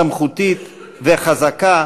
סמכותית וחזקה,